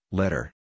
letter